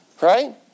right